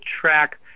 track